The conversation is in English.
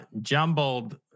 jumbled